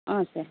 ಹಾಂ ಸರ್